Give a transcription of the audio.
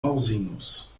pauzinhos